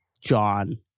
John